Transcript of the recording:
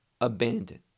abandoned